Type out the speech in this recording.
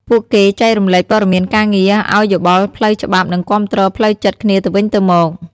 ពួកគេចែករំលែកព័ត៌មានការងារ ឲ្យយោបល់ផ្លូវច្បាប់ និងគាំទ្រផ្លូវចិត្តគ្នាទៅវិញទៅមក។